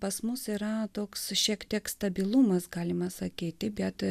pas mus yra toks šiek tiek stabilumas galima sakyti bet